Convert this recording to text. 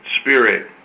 spirit